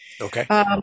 Okay